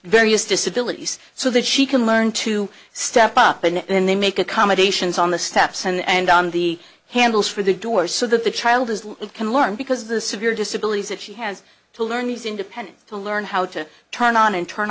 various disabilities so that she can learn to step up and then they make accommodations on the steps and on the handles for the door so that the child is can learn because the severe disability that she has to learn is independent to learn how to turn on and turn